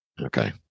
Okay